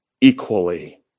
equally